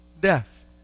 Death